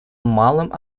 малым